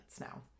now